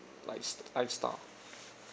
life lifestyle